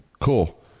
cool